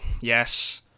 Yes